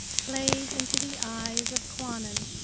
played into the eyes of kwannon,